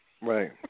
Right